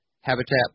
Habitat